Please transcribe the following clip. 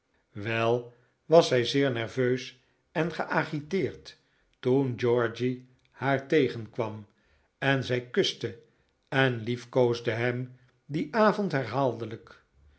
wel was zij zeer nerveus en geagiteerd toen georgy haar tegenkwam en zij kuste en liefkoosde hem dien avond herhaaldelijk